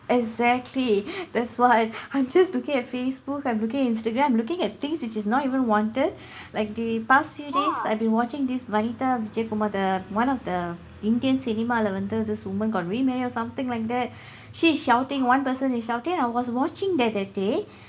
exactly that's why I'm just looking at Facebook I'm looking Instagram looking at things which is not even wanted like the past few days I've been watching this vanitha vijaykumar the [one] of the indian cinema-lae வந்து:vandthu this woman got remarried or something like that she is shouting one person is shouting and I was watching that that day